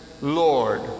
Lord